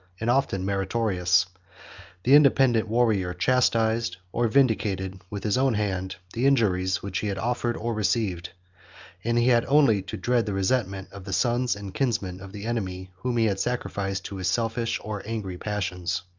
and often meritorious the independent warrior chastised, or vindicated, with his own hand, the injuries which he had offered or received and he had only to dread the resentment of the sons and kinsmen of the enemy, whom he had sacrificed to his selfish or angry passions.